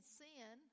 sin